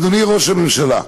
אדוני ראש הממשלה,